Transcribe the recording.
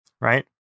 right